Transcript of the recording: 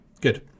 Good